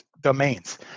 domains